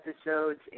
episodes